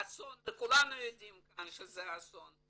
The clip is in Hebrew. וכולנו יודעים כאן שזה אסון.